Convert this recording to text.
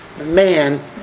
Man